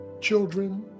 children